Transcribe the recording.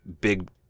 big